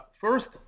first